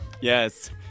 Yes